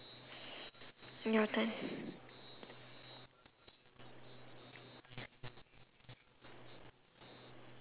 your turn